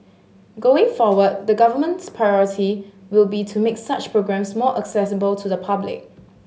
going forward the Government's priority will be to make such programmes more accessible to the public